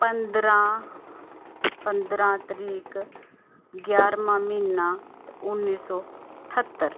पंदरां पंदरां तरीक ग्यारह्मां म्हीना ते उन्नी सौ ठह्त्तर